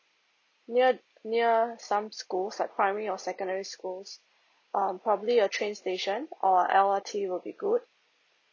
near near some schools like primary or secondary school um probably a train station a L_R_T will be good